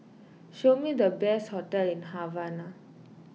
show me the best hotels in Havana